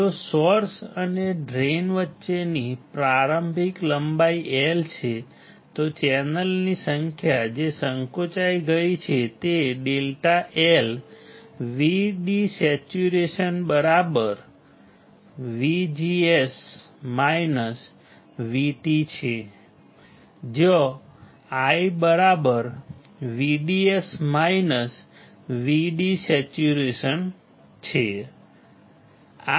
જો સોર્સ અને ડ્રેઇન વચ્ચેની પ્રારંભિક લંબાઈ L છે તો ચેનલની સંખ્યા જે સંકોચાઈ ગઈ છે તે ∆L VD saturation VGS VT છે જ્યાં I VDS VD saturation છે